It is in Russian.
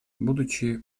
будучи